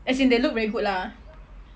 as in they look very good lah